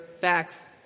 facts